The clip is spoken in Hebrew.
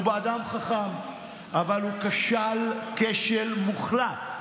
הוא אדם חכם, אבל הוא כשל כשל מוחלט,